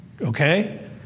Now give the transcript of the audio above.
Okay